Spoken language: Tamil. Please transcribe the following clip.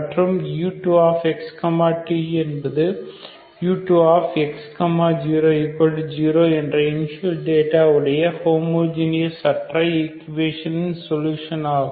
மற்றும் u2x t என்பது u2x 00 என்ற இனிஷியல் டேட்டா உடைய ஹோமோஜீனஸ் அற்ற ஈக்குவேஷனின் சொலுஷனாகும்